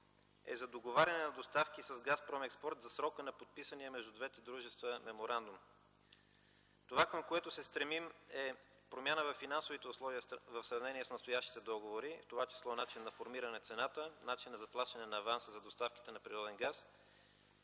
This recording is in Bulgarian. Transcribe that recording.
е: за договаряне на доставки с „Газпром експорт” за срока на подписания между двете дружества меморандум. Това към което се стремим е промяна във финансовите условия в сравнение с настоящите договори, в това число – начин на формиране на цената, начин на заплащане на аванса за доставките на природен газ,